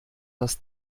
das